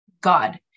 God